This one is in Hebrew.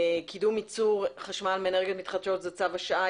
קידום ייצור חשמל מאנרגיות מתחדשות זה צו השעה.